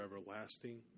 everlasting